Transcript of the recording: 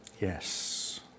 Yes